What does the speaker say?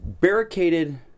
barricaded